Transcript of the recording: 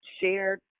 shared